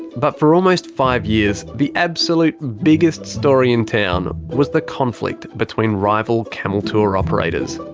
but for almost five years, the absolute biggest story in town was the conflict between rival camel tour operators.